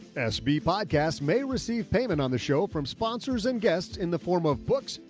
sb podcast may receive payment on the show from sponsors and guests in the form of books,